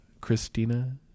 Christina